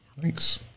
thanks